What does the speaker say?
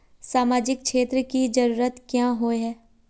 सामाजिक क्षेत्र की जरूरत क्याँ होय है?